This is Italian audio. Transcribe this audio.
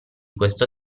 questo